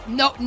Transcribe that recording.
no